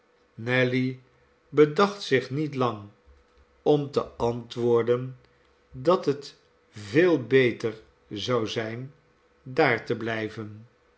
nelly bedacht zich niet lang om te antwoorden dat het veel beter zou zijn daar te blijven